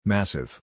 Massive